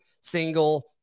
single